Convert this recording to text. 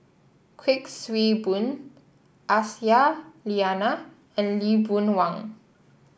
Kuik Swee Boon Aisyah Lyana and Lee Boon Wang